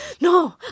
No